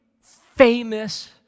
famous